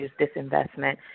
disinvestment